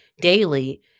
daily